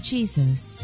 Jesus